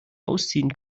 aussehen